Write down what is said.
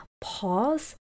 pause